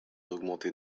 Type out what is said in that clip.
augmenter